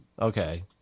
Okay